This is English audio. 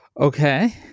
Okay